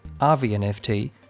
RVNFT